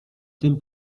tym